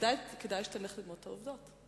כדאי שתלך ללמוד את העובדות.